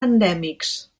endèmics